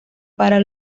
para